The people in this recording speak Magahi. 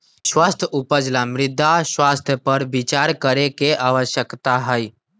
स्वस्थ उपज ला मृदा स्वास्थ्य पर विचार करे के आवश्यकता हई